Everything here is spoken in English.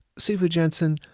sifu jensen,